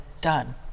done